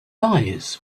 eyes